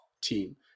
team